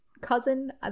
cousin